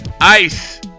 Ice